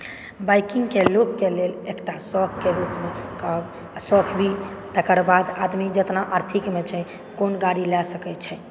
बाइकिंगके लोकके लेल एकटा शौकके रूपमे शौक भी तकर बाद आदमी जेतना आर्थिकमे छै कोन गाड़ी लए सकैत छै